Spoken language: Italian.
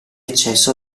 accesso